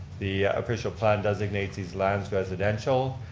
the official plan designates these lands residential.